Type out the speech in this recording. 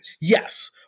Yes